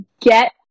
get